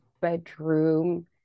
bedroom